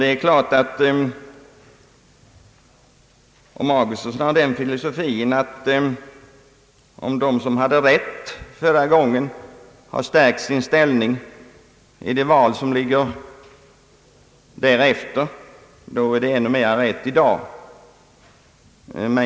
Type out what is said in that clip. Det är klart att herr Augustsson kan ha den filosofin att om de som hade rätt förra gången har stärkt sin ställning i det val som företagits därefter, då har de ännu mera rätt i dag.